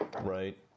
Right